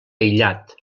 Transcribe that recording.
aïllat